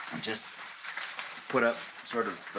just put up sort of